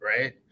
right